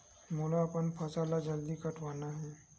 मोला अपन फसल ला जल्दी कटवाना हे?